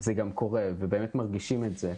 זה גם קורה ובאמת מרגישים את זה,